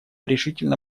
решительно